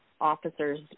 officer's